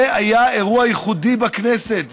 זה היה אירוע ייחודי בכנסת,